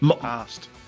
asked